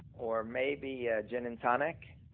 or maybe a gin and tonic.